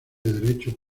derecho